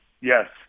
yes